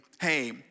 hey